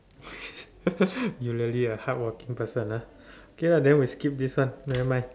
you really a hardworking person lah okay ah then we skip this one never mind